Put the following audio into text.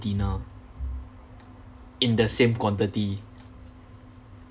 dinner in the same quantity